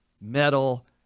metal